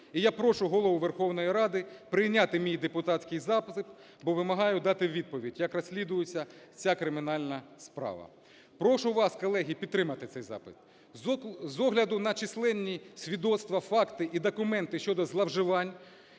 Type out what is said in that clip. І я прошу Голову Верховної Ради прийняти мій депутатський запит, бо вимагаю дати відповідь, як розслідується ця кримінальна справа. Прошу вас, колеги підтримати цей запит. З огляду на численні свідоцтва, факти і документи щодо зловживань